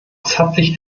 sich